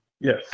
Yes